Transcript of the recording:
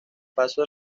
paso